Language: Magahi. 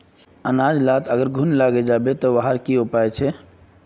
अनाज लात अगर घुन लागे जाबे ते वहार की उपाय छे?